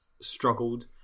struggled